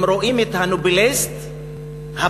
הם רואים את הנובליסט הבא.